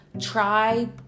Try